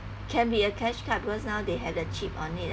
can be a cashcard because now they have the chip on it